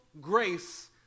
grace